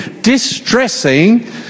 distressing